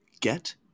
get